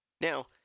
Now